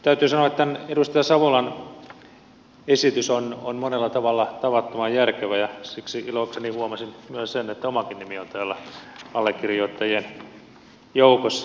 täytyy sanoa että edustaja savolan esitys on monella tavalla tavattoman järkevä ja siksi ilokseni huomasin myös sen että omakin nimi on täällä allekirjoittajien joukossa